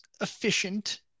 efficient